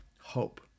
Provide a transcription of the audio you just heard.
hope